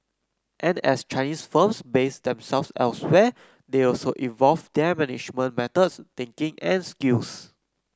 and as Chinese firms base themselves elsewhere they also evolve their management methods thinking and skills